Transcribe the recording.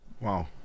Wow